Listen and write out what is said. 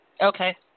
Okay